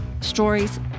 stories